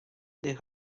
they